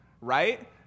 right